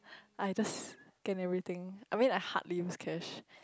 I just scan everything I mean I hardly use cash